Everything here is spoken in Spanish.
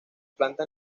plantas